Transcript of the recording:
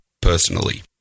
personally